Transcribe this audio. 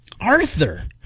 Arthur